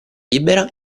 libera